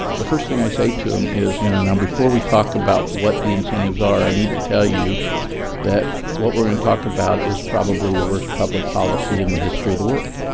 the first thing i say to them is, you know, now, before we talk about what the incentives are, i need to tell you that what we're going to talk about is probably the worst public policy in the history of the world.